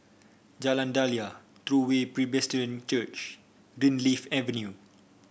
Jalan Daliah True Way Presbyterian Church Greenleaf Avenue